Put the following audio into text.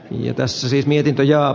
ja tässä sinirinta ja